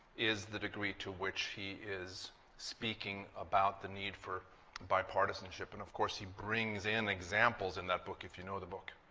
is the degree to which he is speaking about the need for bipartisanship. and of course he brings in the examples in that book, if you know the book,